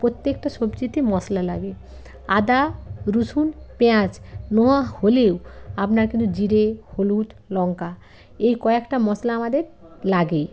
প্রত্যকেটা সবজিতে মশলা লাগে আদা রুসুন পেঁয়াজ নোয়া হলেও আপনার কিন্তু জিরে হলুদ লঙ্কা এই কয়েকটা মশলা আমাদের লাগেই